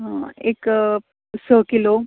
एक स किलो